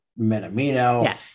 Minamino